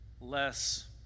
less